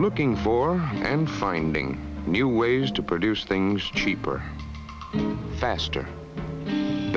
looking for and finding new ways to produce things cheaper faster